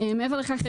מעבר לכך,